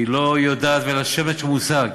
היא לא יודעת ואין לה שמץ של מושג